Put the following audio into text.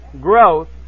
growth